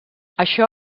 això